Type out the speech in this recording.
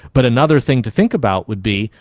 but another thing to think about would be,